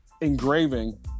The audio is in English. engraving